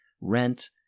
rent